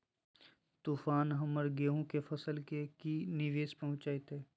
तूफान हमर गेंहू के फसल के की निवेस पहुचैताय?